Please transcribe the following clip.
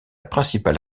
principale